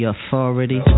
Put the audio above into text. authority